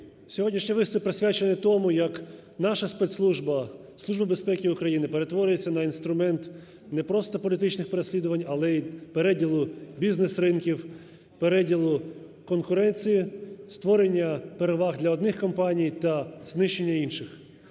Сьогоднішній виступ присвячений тому, як наша спецслужба, Служба безпеки України перетворюється на інструмент не просто політичних переслідувань, але й переділу бізнес-ринків, переділу конкуренції, створення переваг для одних компаній та знищення інших.